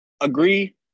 Agree